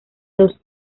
dos